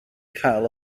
cael